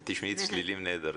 אז תשמעי צלילים נהדרים.